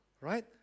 right